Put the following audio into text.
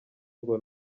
ngo